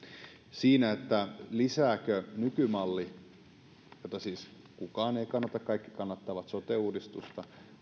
siinä lisääkö nykymalli jota siis kukaan ei kannata kaikki kannattavat sote uudistusta